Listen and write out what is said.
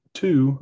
two